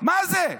מה זה?